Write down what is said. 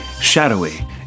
shadowy